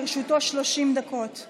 לרשותו 30 דקות.